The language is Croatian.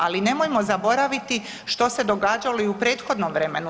Ali nemojmo zaboraviti što se događalo i u prethodnom vremenu.